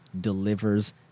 delivers